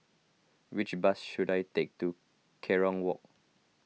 which bus should I take to Kerong Walk